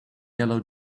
yellow